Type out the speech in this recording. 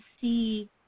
see